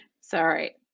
sorry